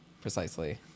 Precisely